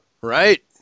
Right